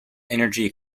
energy